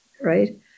right